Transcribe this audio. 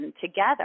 together